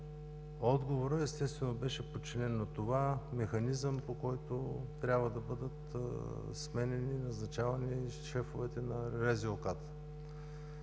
Отговорът, естествено беше подчинен на това: механизъм, по който трябва да бъдат сменяни и назначавани шефовете на РЗОК.